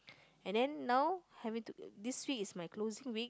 and then now having to this week is my closing week